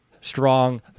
strong